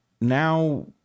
now